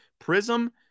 Prism